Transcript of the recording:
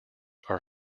are